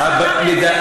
על מה אתה מדבר?